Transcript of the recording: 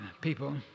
people